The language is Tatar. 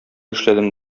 эшләдем